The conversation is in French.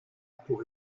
pour